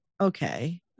Okay